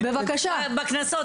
בכנסות,